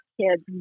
kids